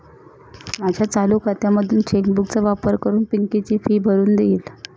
माझ्या चालू खात्यामधून चेक बुक चा वापर करून पिंकी ची फी भरून देईल